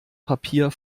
papier